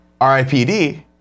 RIPD